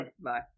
Bye